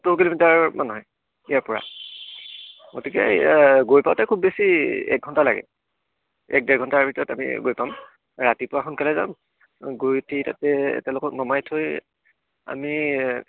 সত্তৰ কিলোমিটাৰ মান হয় ইয়াৰ পৰা গতিকে গৈ পাওঁতে খুব বেছি এক ঘণ্টা লাগে এক ডেৰ ঘণ্টাৰ ভিতৰত আমি গৈ পাম ৰাতিপুৱা সোনকালে যাম গৈ উঠি তাতে তেওঁলোকক নমাই থৈ আমি